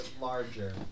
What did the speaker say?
larger